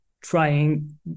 trying